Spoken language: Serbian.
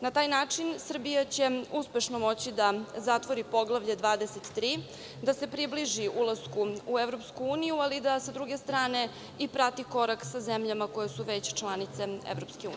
Na taj način Srbija će uspešno moći da zatvori Poglavlje 23, da se približi ulasku u EU, ali i da sa druge strane i prati korak sa zemljama koje su već članice EU.